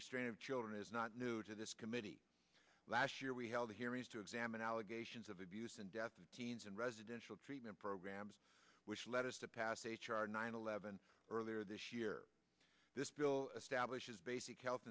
restraint of children is not new to this committee last year we held hearings to examine allegations of abuse and death in teens and residential treatment programs which led us to pass h r nine eleven earlier this year this bill establishes basic health